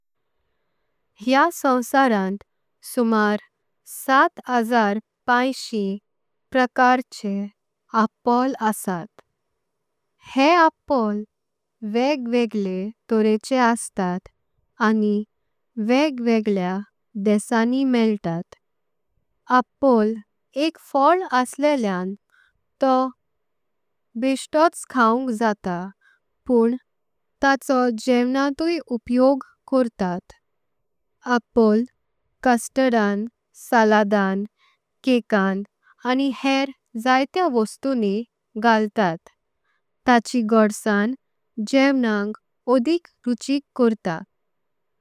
ह्या सोँवसारांत सुमार साठ हजार पायंची प्रकारचें आपोळ असात। हे आपोळ वेगवेगळे तोरेचे अस्तात आनी वेगवेगळ्या देसाय। मणीँ मेळतात आपोळ एक फोळ असलेल्यांतों बेशोतोच। खाऊँक जात पं ताको जेवणांतुई उपयोग कर्तात आपोळ। कस्टर्डांत, सलाडांत, केकलां, आनी हेर जायत्या। वस्तूनी घालतात ताची घोडसणं जेवणं ओडिक रूचिक कर्तात।